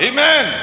Amen